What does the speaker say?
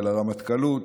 על הרמטכ"לות,